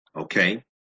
okay